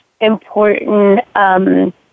important